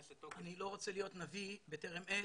אני לא רוצה להיות נביא בטרם עת,